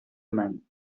man